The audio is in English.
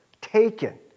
Taken